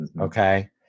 okay